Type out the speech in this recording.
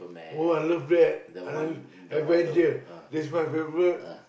oh I love that I love adventure this my favourite